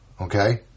okay